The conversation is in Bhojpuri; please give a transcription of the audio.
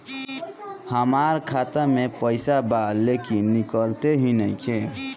हमार खाता मे पईसा बा लेकिन निकालते ही नईखे?